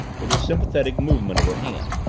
with a sympathetic movement of her hand.